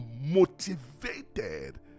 motivated